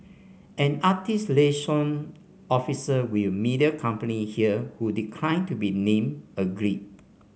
an artist liaison officer with a media company here who declined to be named agreed